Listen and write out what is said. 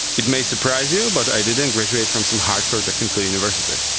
it may surprise you, but i didn't graduate from some hardcore technical university.